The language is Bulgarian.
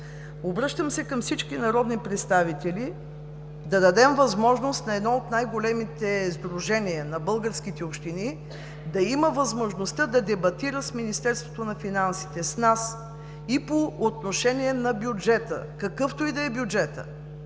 Обръщам се към всички народни представители – да дадем възможност на едно от най-големите сдружения – Сдружението на българските общини, да има възможността да дебатира с Министерството на финансите, с нас и по отношение на бюджета, какъвто и да е бюджетът,